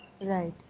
Right